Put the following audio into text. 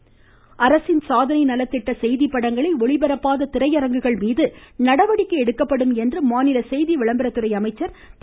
ம் ம் ம் ம் ம் ம கடம்பூர் ராஜீ அரசின் சாதனை நலத்திட்ட செய்திப்படங்களை ஒளிபரப்பாத திரையரங்குகள் மீது நடவடிக்கை எடுக்கப்படும் என்று மாநில செய்தி விளம்பரத்துறை அமைச்சர் திரு